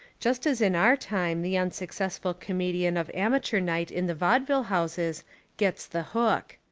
just as in our time the unsuccessful comedian of amateur night in the vaudeville houses gets the hook.